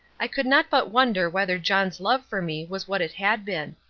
i could not but wonder whether john's love for me was what it had been.